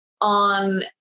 on